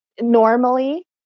normally